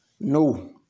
No